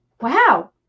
wow